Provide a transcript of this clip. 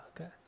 Okay